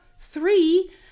three